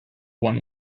one